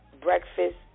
breakfast